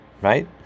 Right